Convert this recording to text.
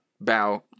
bow